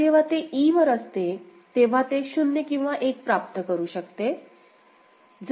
आता जेव्हा ते e वर असते तेव्हा ते 0 किंवा 1 प्राप्त करू शकते